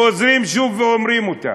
והם חוזרים שוב ואומרים אותם.